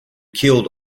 killed